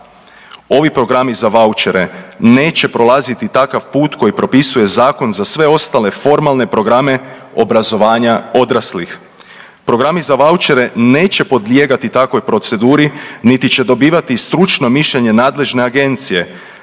Ovi programi za vaučere neće prolaziti takav put koji propisuje zakon za sve ostale formalne programe obrazovanja odraslih. Programi za vaučere neće podlijegati takvoj proceduri niti će dobivati stručno mišljenje nadležne agencije,